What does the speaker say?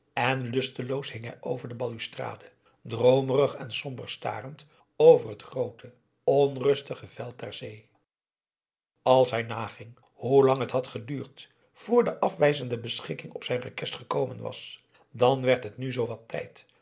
en lusteloos hing hij over de balustrade droomerig en somber starend over het groote onrustige veld der zee ls hij naging hoelang het had geduurd vr de afwijzende beschikking op zijn request gekomen was dan werd het nu zoowat tijd